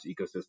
ecosystem